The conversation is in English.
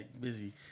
busy